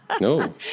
No